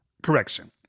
Correction